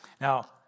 Now